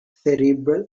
cerebral